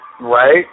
Right